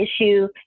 issue